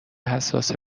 حساس